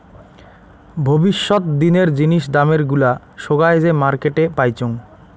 ভবিষ্যত দিনের জিনিস দামের গুলা সোগায় যে মার্কেটে পাইচুঙ